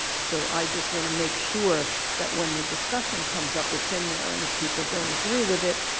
so i just want to make sure that when the discussion comes up it's in there and if people don't agree with it,